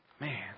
Man